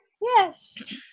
Yes